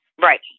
Right